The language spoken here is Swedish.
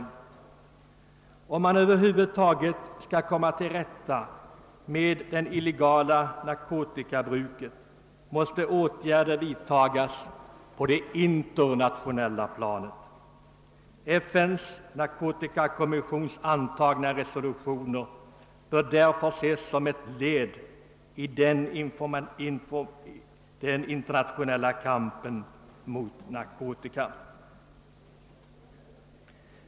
Om man: över huvud taget skall komma till rätta med :det illegala narkotikabruket, måste åtgärder vidtagas på det internationella planet. FN:s narkotikakommissions: resolutio ner bör därför ses som ett led i den internationella kampen mot narkotika.